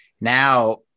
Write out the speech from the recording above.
Now